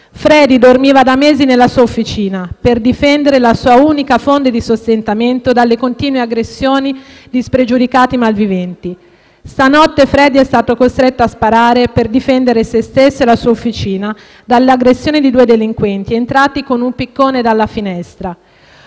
Fredy dormiva da mesi nella sua officina per difendere la sua unica fonte di sostentamento dalle continue aggressioni di spregiudicati malviventi. Stanotte Fredy è stato costretto a sparare per difendere sé stesso e la sua officina dall'aggressione di due delinquenti entrati con un piccone dalla finestra.